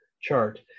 chart